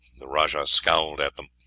the rajah scowled at them,